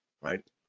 right